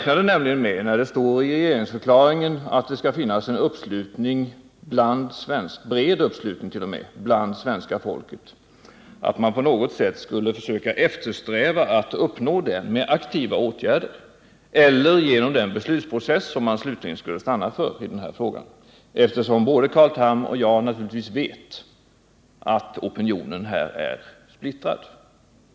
När det står i regeringsförklaringen att det skall finnas uppslutning — t.o.m. bred uppslutning — bland svenska folket räknade jag nämligen med att man på något sätt skulle försöka eftersträva det genom aktiva åtgärder eller genom den beslutsprocess som man slutligen skulle stanna för i den här frågan — detta eftersom både Carl Tham och jag vet att opinionen här är splittrad.